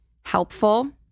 helpful